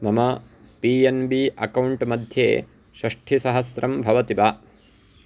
मम P N B अकौण्ट्मध्ये षष्ठिसहस्रं भवति वा